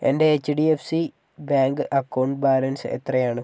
എൻ്റെ H D F C bank account balance എത്രയാണ്